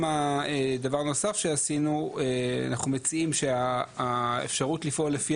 אנחנו מציעים שהאפשרות לפעול לפי